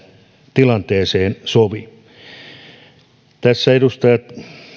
tilanteeseen sovi tässä edustajat